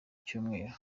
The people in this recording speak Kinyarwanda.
y’icyumweru